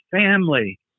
family